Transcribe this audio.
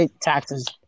taxes